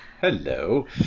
Hello